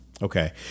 Okay